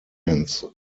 its